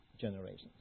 generations